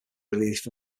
relief